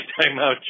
timeout